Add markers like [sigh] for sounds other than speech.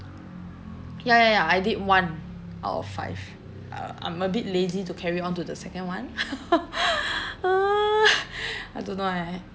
ya ya ya I did one out of five uh I'm a bit lazy to carry on to the second one [noise] I don't know eh